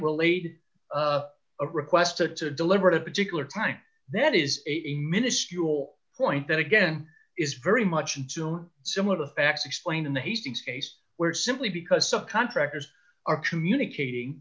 related a request to deliberate a particular time that is a miniscule point that again is very much in tune similar to facts explained in the hastings case where it's simply because subcontractors are communicating